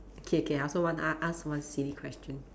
K K I also want to a~ ask one silly question